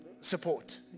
support